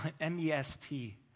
M-E-S-T